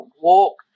walk